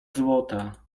złota